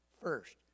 first